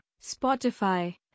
Spotify